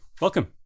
welcome